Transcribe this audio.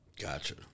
Gotcha